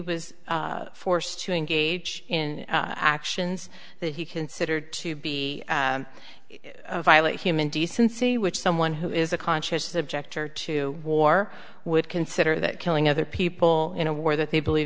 was forced to engage in actions that he considered to be violate human decency which someone who is a conscientious objector to war would consider that killing other people in a war that they believe